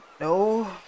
No